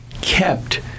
kept